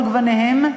על כל גוניהם,